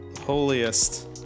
holiest